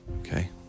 okay